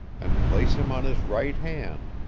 and place him on his right hand,